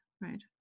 right